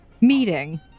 meeting